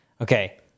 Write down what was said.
Okay